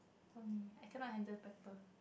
for me I cannot handle pepper